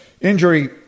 injury